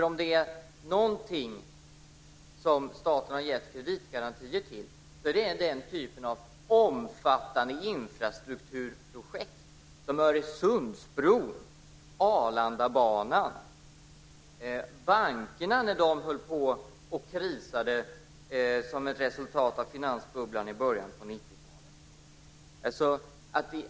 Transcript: Om det är någonting som staten har gett kreditgarantier till så är det ju den typ av omfattande infrastrukturprojekt som Öresundsbron, Arlandabanan och bankerna när de höll på att krisa som ett resultat av finansbubblan i början på 90-talet.